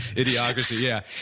idiocracy. yeah